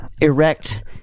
erect